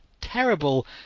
terrible